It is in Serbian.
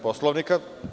Poslovnika.